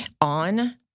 on